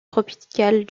tropicales